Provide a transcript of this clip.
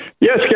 Yes